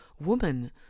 Woman